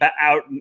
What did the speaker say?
out